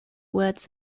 words